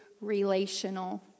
relational